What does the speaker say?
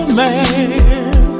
man